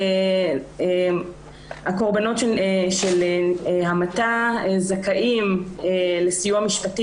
הקורבנות של המתה זכאים לסיוע משפטי